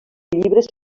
llibres